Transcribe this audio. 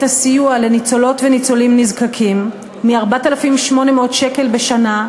הסיוע לניצולות וניצולים נזקקים מ-4,800 שקל בשנה,